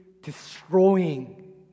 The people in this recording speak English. destroying